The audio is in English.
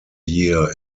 year